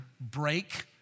break